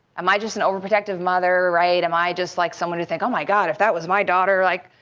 am i just an overprotective mother, right, am i just like someone who thinks, oh my god, if that was my daughter. like